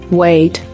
wait